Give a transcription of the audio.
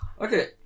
Okay